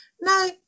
No